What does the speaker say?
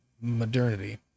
Modernity